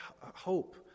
hope